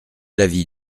l’avis